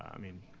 i mean,